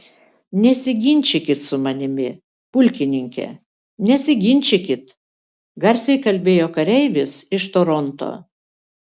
nesiginčykit su manimi pulkininke nesiginčykit garsiai kalbėjo kareivis iš toronto